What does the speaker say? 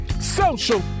social